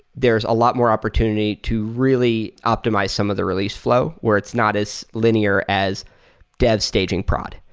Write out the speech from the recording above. there are a lot more opportunity to really optimize some of the release flow where it's not as linear as dev staging prod,